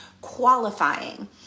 qualifying